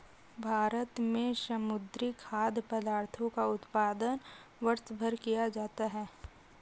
भारत में समुद्री खाद्य पदार्थों का उत्पादन वर्षभर किया जाता है